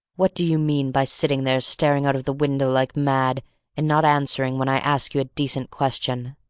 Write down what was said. what do you mean by sitting there staring out of the window like mad and not answering when i ask you a decent question?